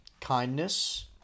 Kindness